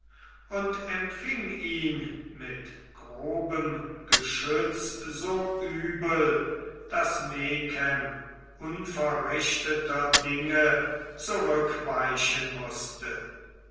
und empfing ihn mit grobem geschütz so übel daß megen unverrichteter dinge zurückweichen mußte